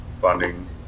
funding